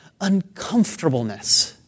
uncomfortableness